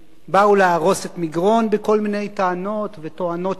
באו להרוס את מגרון בכל מיני טענות ותואנות שווא,